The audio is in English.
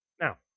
Now